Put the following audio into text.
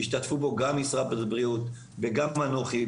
השתתפו בו גם משרד הבריאות וגם אנוכי,